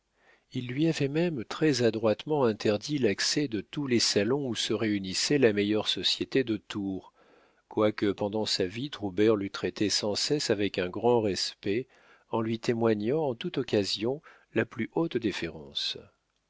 il lui avait même très-adroitement interdit l'accès de tous les salons où se réunissait la meilleure société de tours quoique pendant sa vie troubert l'eût traité sans cesse avec un grand respect en lui témoignant en toute occasion la plus haute déférence